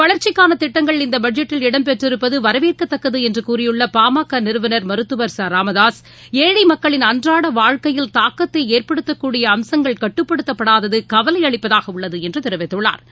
வளா்ச்சிக்கான திட்டங்கள் இந்த பட்ஜெட்டில் இடம்பெற்றிருப்பது வரவேற்கத்தக்கது என்று கூறியுள்ள பாமக நிறுவனர் மருத்துவர் ச ராமதாக ஏழை மக்களின் அன்றாட வாழ்க்கையில் தாக்கத்தை ஏற்படுத்தக்கூடிய அம்சங்கள் கட்டுப்படுத்தப்படாதது கவலை அளிப்பதாக உள்ளது என்று தெரிவித்துள்ளாா்